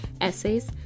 essays